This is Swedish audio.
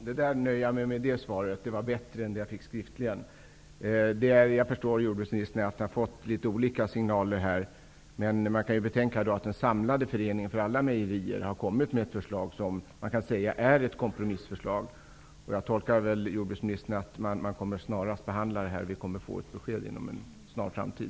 Fru talman! Jag nöjer mig med det svaret -- det var bättre än det jag fick skriftligen. Jag förstår att jordbruksministern har fått olika signaler, men man skall betänka att den samlade föreningen för alla mejerier har kommit med ett förslag som är ett kompromissförslag. Jag tolkar jordbruksministern så att man snarast kommer att behandla frågan och att vi får ett besked inom en snar framtid.